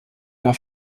gar